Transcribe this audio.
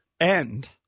end